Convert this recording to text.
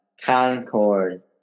Concord